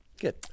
good